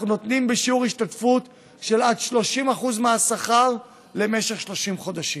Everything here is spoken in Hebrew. אנחנו נותנים השתתפות בשיעור של עד 30% מהשכר למשך 30 חודשים.